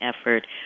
effort